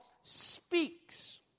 speaks